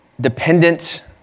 dependent